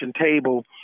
table